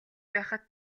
байхад